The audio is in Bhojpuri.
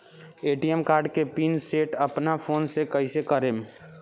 ए.टी.एम कार्ड के पिन सेट अपना फोन से कइसे करेम?